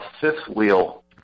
fifth-wheel